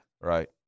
right